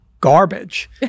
garbage